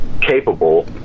capable